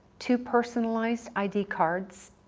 two personalized id cards,